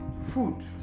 food